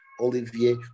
Olivier